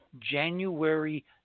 January